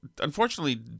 unfortunately